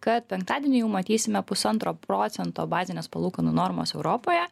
kad penktadienį jau matysime pusantro procento bazinės palūkanų normas europoje